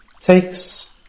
takes